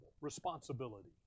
Responsibility